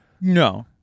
no